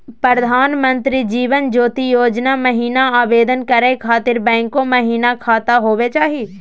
प्रधानमंत्री जीवन ज्योति योजना महिना आवेदन करै खातिर बैंको महिना खाता होवे चाही?